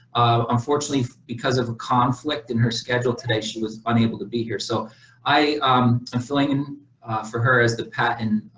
unfortunately, because of a conflict in her schedule today she was unable to be here. so i am um ah filling in for her as the patent.